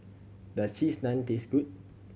does Cheese Naan taste good